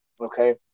Okay